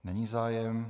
Není zájem.